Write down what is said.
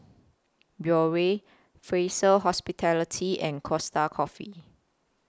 Biore Fraser Hospitality and Costa Coffee